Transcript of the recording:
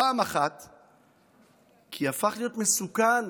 פעם אחת כי הפך להיות מסוכן